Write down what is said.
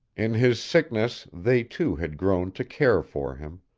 in his sickness they too had grown to care for him,